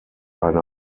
eine